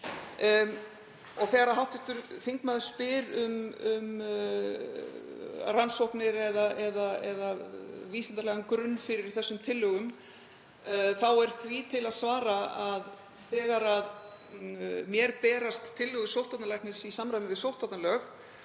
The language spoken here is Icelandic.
Þegar hv. þingmaður spyr um rannsóknir eða vísindalegan grunn fyrir þessum tillögum þá er því til að svara að þegar mér berast tillögur sóttvarnalæknis í samræmi við sóttvarnalög